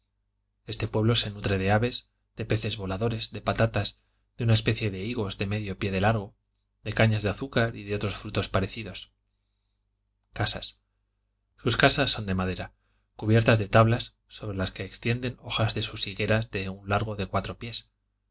este pueblo se nutre de aves de peces voladores de patatas de una especie de higos de medio pie de largo de cañas de azúcar y de otros frutos parecidos casas sus casas son de madera cubiertas de tablas sobre las que extienden hojas de sus higueras de un largo de cuatro pies